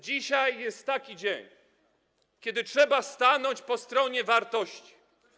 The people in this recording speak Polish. Dzisiaj jest taki dzień, kiedy trzeba stanąć po stronie wartości.